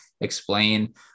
explain